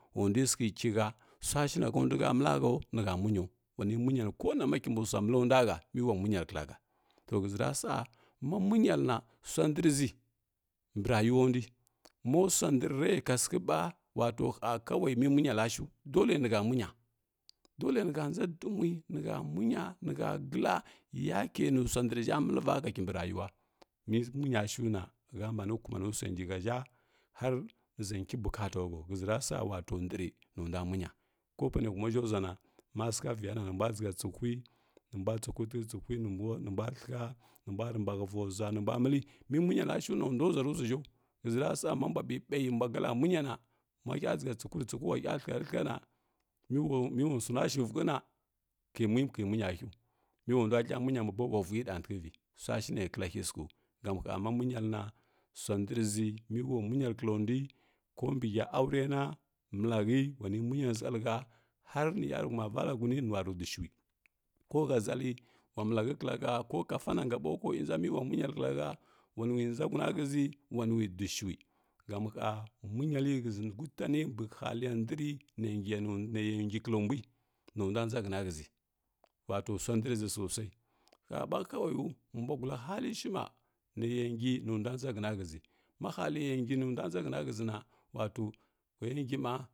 Wandui sishə kihə suashahə nduhəməla həu nihə mugau wani munyani kənamla kint bəsua məlondu hə mi wa munyalə klahə to ghəʒi rasa ma munyaləna sua ndrʒi mbirayi ulandu mosua nddrre kasighəɓa wato hə kawai mimunyaləshu dole nihə munya dole nihə nʒa duumui nihə munya nihə gla yake nusu ndr ʒhə məliva hə kimbi rayiwa mimunya shuna həbani kawari sua ngi həʒhə har niʒi nki bukapa hau ghəʒi rasa wato ndr nundua mugiya ka pana tuma ʒhə ʒuana ma sikhə viyana nimbua ghə tsitui nimbua tsihuntiki tsitui nimbua thəkhə nimbuari mbhəvau ʒua nimbua məli memunyaləshu na ndua ʒaaruʒua ʒhau ghəzi rasama mbua ɓiɓaina mbua gala mungana mahə dikhə tsituri tsihu wahə thəkhəri thənha’na miwa suni shi vukhəna ki munya həu meulendua thə munya mabo ula vuyi ɗantikivi suashine klahə sikhju gam hə ma mugiga ləna suandrʒi miwa mungalə kloundui ko mbi hə aurena malakə wani munyuni ʒəlihə herni yaruhuma vala huni ni nwa redui shui ko hə ʒəli wa malahə klahə ko ka fanangu bau ko nja miwu munyatə klahə ulanui nʒa huna ghəzi wanui duishui sam hə munyalə shəzi gutani mbi haliya ndri neggiya neya ngi klambui nundua nʒa həna ghəzi wato suandrʒi sosai həɓa kawaiu ula bwaagula halishimba neya ngi nundua nʒa ghəna ghəʒi mahaliyangi. nundua nʒa ghəna ghənʒina wato waya ngimɓa.